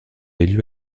élu